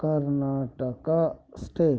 Karnataka state